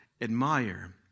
admire